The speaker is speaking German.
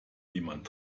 jemand